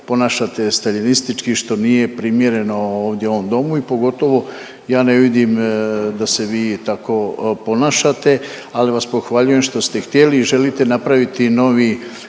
ponašate staljinistički što nije primjereno ovdje u ovom domu i pogotovo ja ne vidim da se vi tako ponašate, ali vas pohvaljujem što ste htjeli i želite napraviti novi